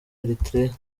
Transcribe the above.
eritrea